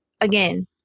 again